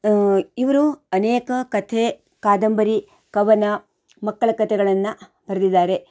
ಇವರು ಅನೇಕ ಕಥೆ ಕಾದಂಬರಿ ಕವನ ಮಕ್ಕಳ ಕಥೆಗಳನ್ನು ಬರ್ದಿದ್ದಾರೆ